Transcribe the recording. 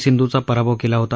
सिंधुचा पराभव केला होता